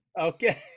Okay